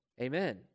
Amen